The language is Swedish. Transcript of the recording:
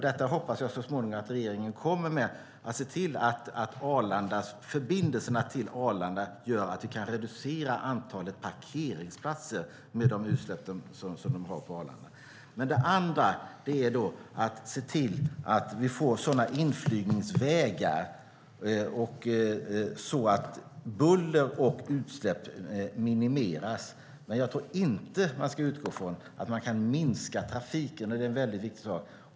Jag hoppas att regeringen så småningom ser till att förbindelserna till Arlanda gör att vi kan reducera antalet parkeringsplatser. Det gäller också att se till att vi får sådana inflygningsvägar att buller och utsläpp minimeras. Jag tror inte att man ska utgå från att det går att minska trafiken.